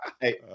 hey